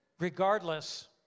Regardless